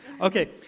Okay